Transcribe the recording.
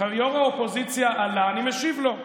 יו"ר האופוזיציה עלה, אני משיב לו.